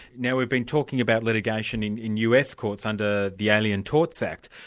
now we've been talking about litigation in in us courts under the alien torts act,